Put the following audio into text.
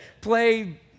play